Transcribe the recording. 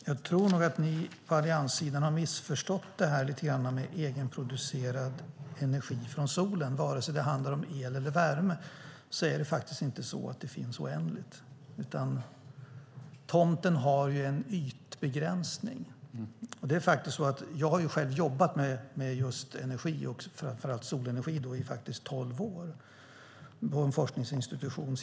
Fru talman! Jag tror att ni på allianssidan lite grann har missförstått det här med egenproducerad energi från solen. Oavsett om det handlar om el eller värme är det inte så att det är oändligt, utan tomten har en ytbegränsning. Jag har faktiskt själv jobbat med just energi och framför allt solenergi i tolv år på en forskningsinstitution.